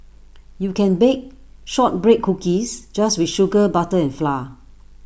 you can bake Shortbread Cookies just with sugar butter and flour